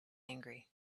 angry